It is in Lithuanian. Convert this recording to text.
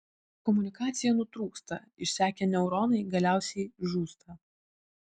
komunikacija nutrūksta išsekę neuronai galiausiai žūsta